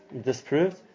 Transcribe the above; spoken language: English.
disproved